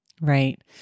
Right